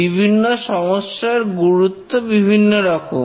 বিভিন্ন সমস্যার গুরুত্ব বিভিন্ন রকম